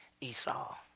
Esau